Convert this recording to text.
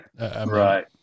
right